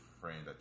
friend